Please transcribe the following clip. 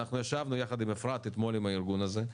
אנחנו ישבנו יחד עם אפרת אתמול עם הארגון הזה,